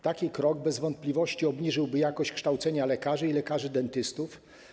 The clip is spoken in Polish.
Takie rozwiązanie bez wątpliwości obniżyłoby jakość kształcenia lekarzy i lekarzy dentystów.